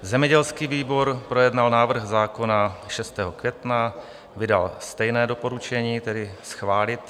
Zemědělský výbor projednal návrh zákona 6. května, vydal stejné doporučení, tedy schválit.